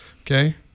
okay